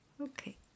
Okay